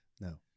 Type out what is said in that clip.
No